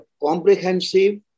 comprehensive